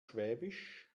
schwäbisch